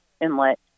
Inlet